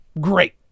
great